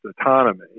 autonomy